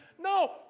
No